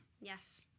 Yes